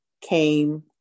came